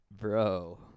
Bro